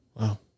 Wow